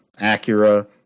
Acura